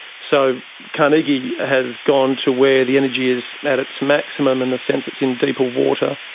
so carnegie has gone to where the energy is at its maximum in the sense it's in deeper water.